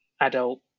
adult